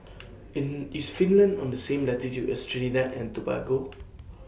in IS Finland on The same latitude as Trinidad and Tobago